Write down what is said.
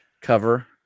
cover